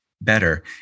better